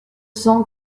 cent